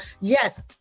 Yes